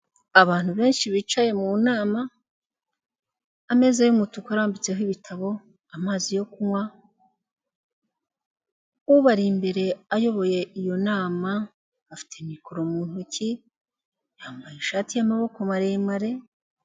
Abantu benshi bicaye mu nama, ameza y'umutuku arambitseho ibitabo, amazi yo kunywa, ubari imbere ayoboye iyo nama afite mikoro mu ntoki, yambaye ishati y'amaboko maremare,...